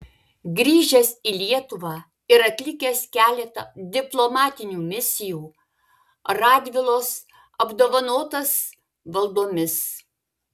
grįžęs į lietuvą ir atlikęs keletą diplomatinių misijų radvilos apdovanotas valdomis